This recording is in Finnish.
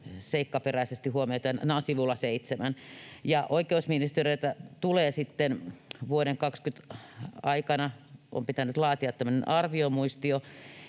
seikkaperäisesti huomiota — nämä ovat sivulla 7. Oikeusministeriön on vuoden 20 aikana pitänyt laatia tämmöinen arviomuistio,